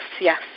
yes